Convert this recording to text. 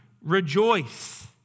rejoice